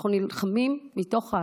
אנחנו נלחמים מתוך אהבה,